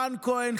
רן כהן,